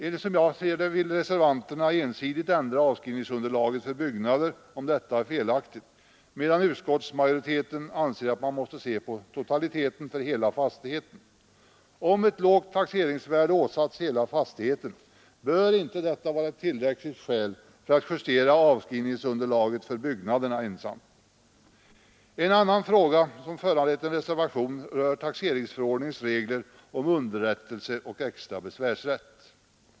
Enligt vad jag förstår vill reservanterna ensidigt ändra avskrivningsunderlaget för byggnader om detta är felaktigt, medan utskottsmajoriteten anser att man måste se på totaliteten för hela fastigheten. Om ett för lågt taxeringsvärde åsatts hela fastigheten bör inte detta vara tillräckligt skäl för att justera avskrivningsunderlag för byggnaderna. En annan fråga som föranlett en reservation rör taxeringsförordningens regler om underrättelse och extra besvärsrätt.